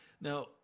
Now